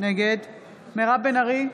נגד מירב בן ארי,